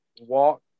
walk